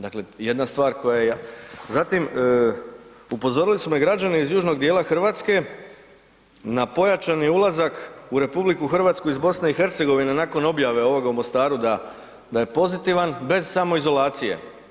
Dakle, jedna stvar koja je, zatim upozorili su me građani iz južnog djela Hrvatske na pojačani ulazak u RH iz BiH nakon objave ovoga u Mostaru da je pozitivan bez samoizolacije.